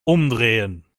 umdrehen